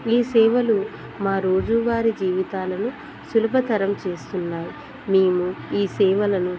ఈ సేవలు మా రోజువారీ జీవితాలను సులభతరం చేస్తున్నాయి మేము ఈ సేవలను